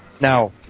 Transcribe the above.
Now